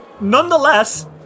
Nonetheless